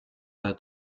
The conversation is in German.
der